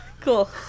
Cool